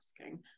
asking